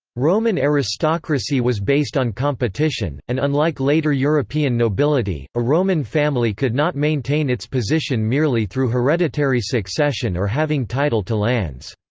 roman aristocracy was based on competition, and unlike later european nobility, a roman family could not maintain its position merely through hereditary succession or having title to lands.